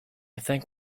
thank